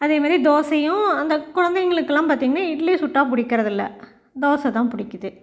அதே மாதிரி தோசையும் அந்த குழந்தைங்களுக்கு எல்லாம் பார்த்திங்கன்னா இட்லி சுட்டால் பிடிக்கிறது இல்லை தோசை தான் பிடிக்கிது